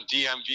DMV